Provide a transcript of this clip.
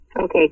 Okay